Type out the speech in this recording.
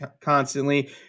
constantly